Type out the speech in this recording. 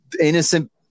innocent